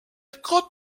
grande